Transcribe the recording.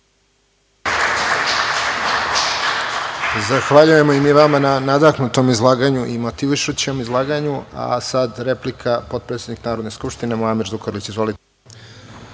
Zahvaljujemo i mi vama na nadahnutom izlaganju i motivišućem izlaganju. Reč ima potpredsednik Narodne skupštine Muamer Zukorlić. Pravo